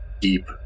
deep